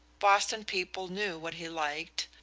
boston people knew what he liked,